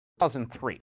2003